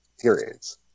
periods